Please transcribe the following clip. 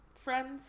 Friends